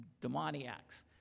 demoniacs